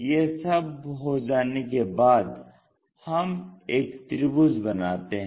यह सब हो जाने के बाद हम एक त्रिभुज बनाते हैं